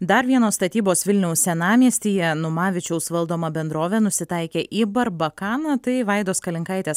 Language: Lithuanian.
dar vienos statybos vilniaus senamiestyje numavičiaus valdoma bendrovė nusitaikė į barbakaną tai vaidos kalinkaitės